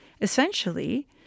essentially